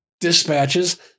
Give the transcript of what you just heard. dispatches